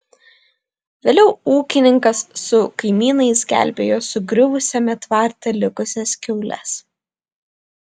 vėliau ūkininkas su kaimynais gelbėjo sugriuvusiame tvarte likusias kiaules